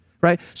right